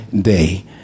day